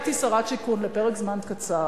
כשהייתי שרת שיכון לפרק זמן קצר,